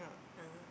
ah